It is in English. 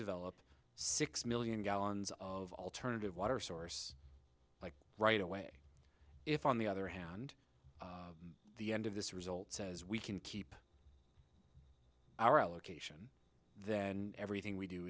develop six million gallons of alternative water source like right away if on the other hand the end of this result says we can keep our location then and everything we do